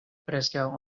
preskaŭ